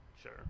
sure